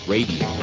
Radio